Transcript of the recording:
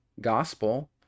gospel